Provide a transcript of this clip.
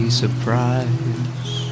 surprise